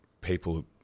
people